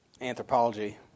anthropology